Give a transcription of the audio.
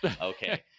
Okay